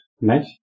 match